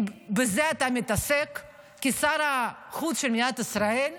אם בזה אתה מתעסק כשר החוץ של מדינת ישראל,